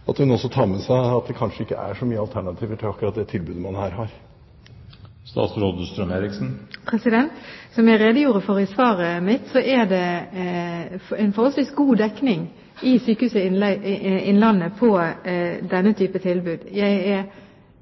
og at hun også tar med seg at det kanskje ikke er så mange alternativer til akkurat det tilbudet man her har. Som jeg redegjorde for i svaret mitt, er det en forholdsvis god dekning i Sykehuset Innlandet når det gjelder denne typen tilbud. Jeg er